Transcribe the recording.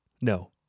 No